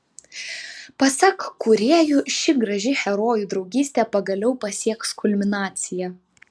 pasak kūrėjų ši graži herojų draugystė pagaliau pasieks kulminaciją